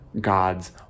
god's